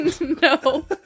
No